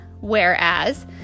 whereas